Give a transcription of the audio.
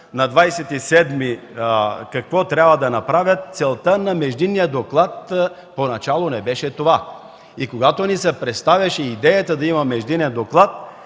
на 27-ми какво трябва да направят, целта на междинния доклад поначало не беше това. Когато ни се представяше идеята да има междинен доклад,